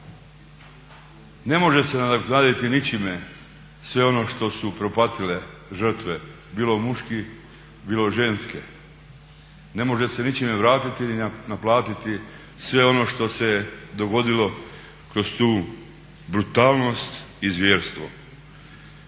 Ne može se nadoknaditi ničime sve ono što su propatile žrtve, bilo muški, bilo ženske. Ne može se ničime vratiti ni naplatiti sve ono što se dogodilo kroz tu brutalnost i zvjerstvo.